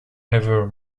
ever